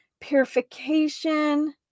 purification